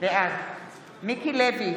בעד מיקי לוי,